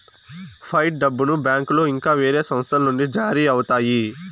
fight డబ్బును బ్యాంకులో ఇంకా వేరే సంస్థల నుండి జారీ అవుతాయి